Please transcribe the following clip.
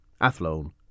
Athlone